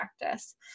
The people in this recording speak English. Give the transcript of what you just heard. practice